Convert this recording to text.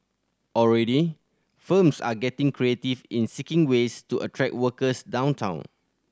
already firms are getting creative in seeking ways to attract workers downtown